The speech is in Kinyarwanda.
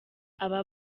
aba